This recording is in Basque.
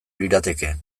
lirateke